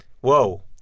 whoa